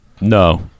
No